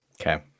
Okay